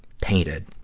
painted.